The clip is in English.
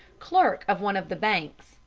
clerk of one of the banks,